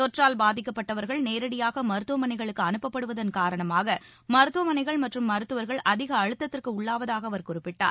தொற்றால் பாதிக்கப்பட்டவர்கள் நேரடியாக மருத்துவமனைகளுக்கு அனுப்பப்படுவதன் காரணமாக மருத்துவமனைகள் மற்றும் மருத்துவர்கள் அதிக அழுத்தத்திற்கு உள்ளாவதாக அவர் குறிப்பிட்டார்